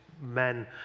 men